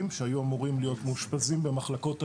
שהיו אמורים להיות מאושפזים במחלקות הילדים.